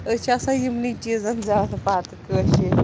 أسۍ چھِ آسان یِمنٕے چیٖزَن زیادٕ پَتہٕ کٲشِر